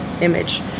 image